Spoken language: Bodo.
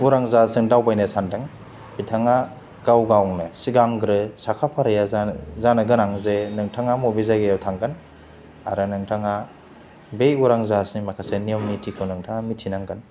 उरां जाहाजजों दावबायनो सान्दों बिथाङा गाव गावनो सिगांग्रो साखा फाराया जा जानो गोनां जे नोंथाङा बबे जायगायाव थांगोन आरो नोंथाङा बे उरां जाहाजनि माखासे नियम निथिखौ नोंथाङा मिथिनांगोन